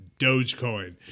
Dogecoin